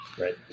right